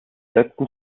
letzten